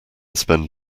spend